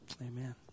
Amen